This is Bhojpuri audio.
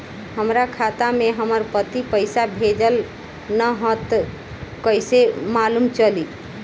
हमरा खाता में हमर पति पइसा भेजल न ह त कइसे मालूम चलि?